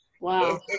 Wow